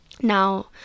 Now